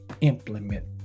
implement